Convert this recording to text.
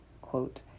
Quote